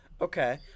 Okay